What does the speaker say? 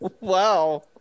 Wow